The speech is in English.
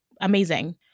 Amazing